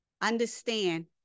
understand